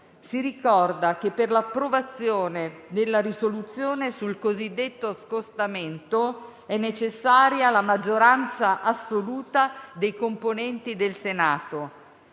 Si ricorda che per l'approvazione della risoluzione sul cosiddetto scostamento è necessaria la maggioranza assoluta dei componenti del Senato.